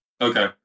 Okay